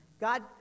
God